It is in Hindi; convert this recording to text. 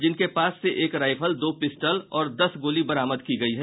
जिनके पास से एक राइफल दो पिस्टल और दस गोली बरामद की गयी है